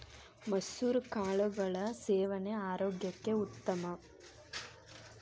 ಮಸುರ ಕಾಳುಗಳ ಸೇವನೆ ಆರೋಗ್ಯಕ್ಕೆ ಉತ್ತಮ